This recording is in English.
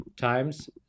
times